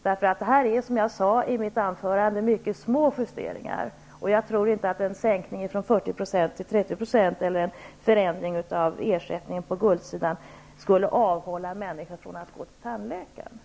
Det gäller, som jag sade i mitt anförande, mycket små justeringar, och jag tror inte att en sänkning från 30 % till 40 % eller en förändring av ersättningen för guldmaterial skulle avhålla människor från att gå till tandläkaren.